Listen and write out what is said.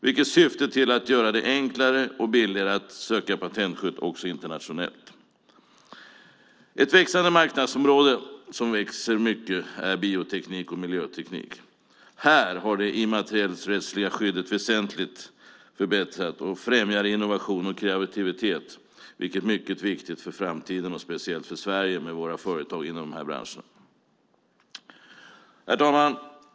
Det syftar till att göra det enklare och billigare att söka patentskydd också internationellt. Ett marknadsområde som växer mycket är bioteknik och miljöteknik. Där har det immaterialrättsliga skyddet väsentligt förbättrats och främjar innovation och kreativitet. Det är mycket viktigt för framtiden och speciellt för Sverige med våra företag inom den branschen. Herr talman!